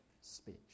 speech